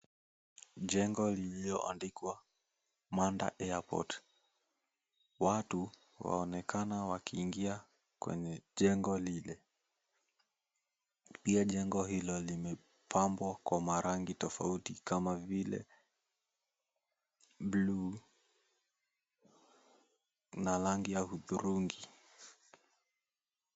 Jengo lililoandikwa "Manda Airport". Watu waonekana wakiingia kwenye jengo lile. Pia jengo hilo limepambwa kwa marangi tofauti kama vile bluu na rangi ya hudhurungi.